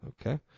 Okay